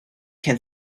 can